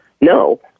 no